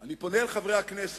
אני פונה אל חברי הכנסת